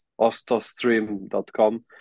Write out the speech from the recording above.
ostostream.com